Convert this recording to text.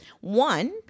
one